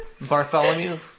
Bartholomew